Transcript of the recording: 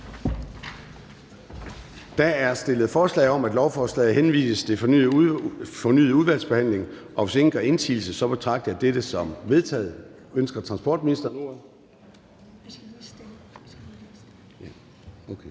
Der er stillet forslag om, at lovforslaget henvises til fornyet udvalgsbehandling, og hvis ingen gør indsigelse, betragter jeg dette som vedtaget. Det er vedtaget.